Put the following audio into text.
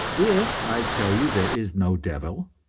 if i tell you there is no devil,